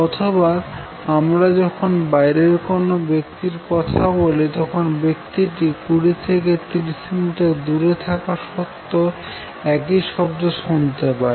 অথবা আমরা যখন বাইরের কোন ব্যক্তির কথা বলি তখন ব্যক্তিটি 20 30 মিটার দূরে থাকা সত্ত্বেও একই শব্দ শুনতে পায়